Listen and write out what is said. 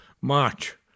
March